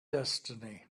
destiny